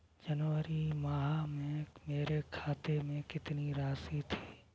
जनवरी माह में मेरे खाते में कितनी राशि थी?